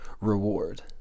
reward